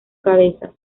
cabezas